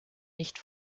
nicht